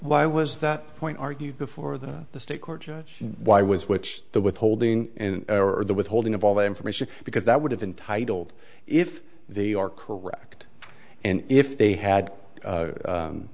why was that point argued before the state court judge why was which the withholding or the withholding of all the information because that would have been titled if they are correct and if they had